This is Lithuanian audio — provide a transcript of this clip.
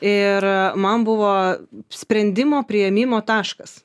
ir man buvo sprendimo priėmimo taškas